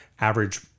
average